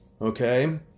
okay